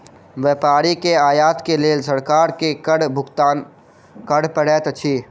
व्यापारी के आयत के लेल सरकार के कर भुगतान कर पड़ैत अछि